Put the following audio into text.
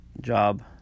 job